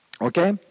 Okay